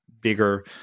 bigger